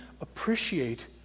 appreciate